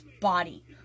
body